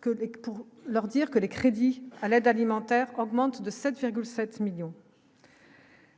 que pour leur dire que les crédits à l'aide alimentaire augmente de 7,7 millions.